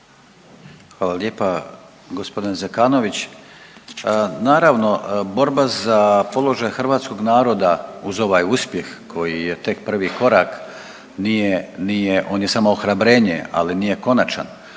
Hvala lijepa. Gospodine Zekanović, naravno borba za položaj hrvatskog naroda uz ovaj uspjeh koji je tek prvi korak nije on je samo ohrabrenje, ali nije konačan.